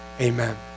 Amen